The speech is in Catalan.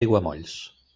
aiguamolls